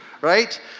right